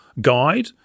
guide